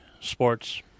sports